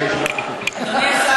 אדוני השר,